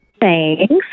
Thanks